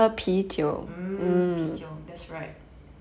mm 啤酒 that's right